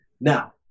Now